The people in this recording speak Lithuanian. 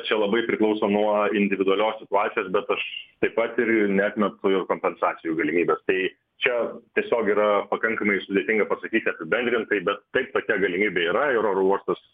čia labai priklauso nuo individualios situacijos bet aš taip pat ir neatmetu ir kompensacijų galimybės tai čia tiesiog yra pakankamai sudėtinga pasakyti apibendrintai bet taip tokia galimybė yra ir oro uostas